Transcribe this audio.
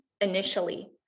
initially